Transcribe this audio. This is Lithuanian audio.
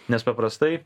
nes paprastai